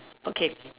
okay